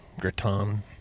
gratin